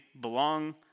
belong